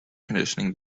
conditioning